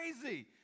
crazy